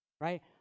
right